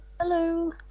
Hello